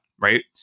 right